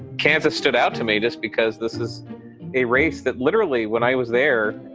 kansas stood out to me just because this is a race that literally when i was there,